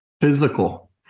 physical